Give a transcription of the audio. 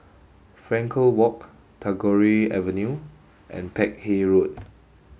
Frankel Walk Tagore Avenue and Peck Hay Road